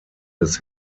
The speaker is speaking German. des